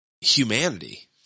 humanity